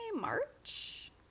March